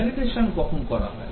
validation কখন করা হয়